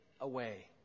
away